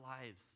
lives